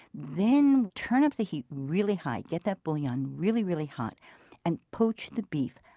then, turn up the heat really high, get that bouillon really, really hot and poach the beef.